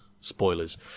spoilers